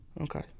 Okay